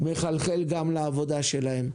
מחלחל גם לעבודה שלהם.